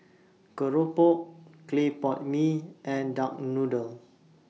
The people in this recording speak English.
Keropok Clay Pot Mee and Duck Noodle